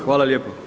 Hvala lijepo.